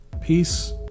Peace